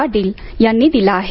पाटील यांनी दिला आहे